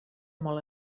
molt